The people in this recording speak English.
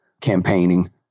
campaigning